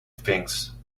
things